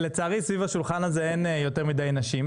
לצערי סביב השולחן הזה אין יותר מידי נשים,